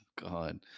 God